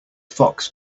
fox